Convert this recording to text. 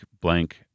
blank